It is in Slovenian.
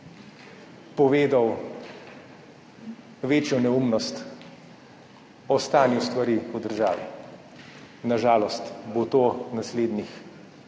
povedal večjo neumnost o stanju stvari v državi. Na žalost bo to naslednjih